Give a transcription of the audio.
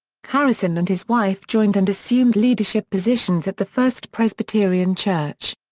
harrison and his wife joined and assumed leadership positions at the first presbyterian church.